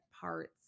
parts